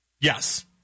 Yes